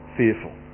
fearful